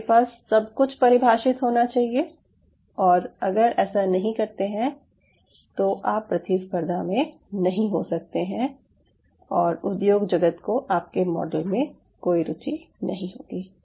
आपके पास सब कुछ परिभाषित होना चाहिए और अगर ऐसा नहीं करते हैं तो आप प्रतिस्पर्धा में नहीं हो सकते हैं और उद्योग जगत को आपके मॉडल में कोई रूचि नहीं होगी